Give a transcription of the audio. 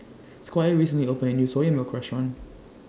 Squire recently opened A New Soya Milk Restaurant